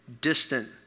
distant